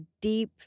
deep